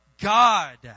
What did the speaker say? God